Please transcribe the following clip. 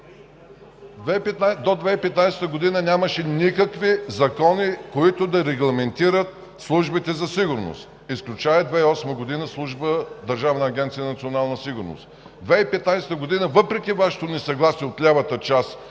До 2015 г. нямаше никакви закони, които да регламентират службите за сигурност, изключая 2008 г. – Държавна агенция „Национална сигурност“. 2015 г., въпреки Вашето несъгласие – от лявата част